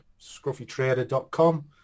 scruffytrader.com